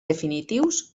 definitius